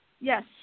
Yes